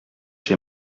chez